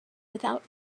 without